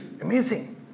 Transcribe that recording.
amazing